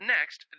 Next